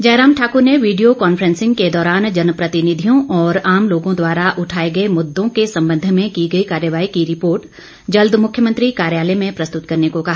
जयराम ठाकुर ने video conferencing के दौरान जनप्रतिनिधियों और आम लोगों द्वारा उठाए गए मुद्दों की संबंध में की गई कार्रवाई की रिपोर्ट जल्द मुख्यमंत्री कार्यालय में प्रस्तुत करने को कहा